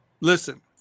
listen